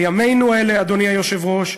וימינו אלה, אדוני היושב-ראש,